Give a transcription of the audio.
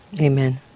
Amen